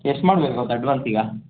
ಎಷ್ಟು ಮಾಡ್ಬೇಕು ಮತ್ತೆ ಅಡ್ವಾನ್ಸ್ ಈಗ